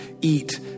eat